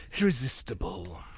irresistible